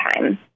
time